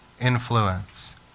influence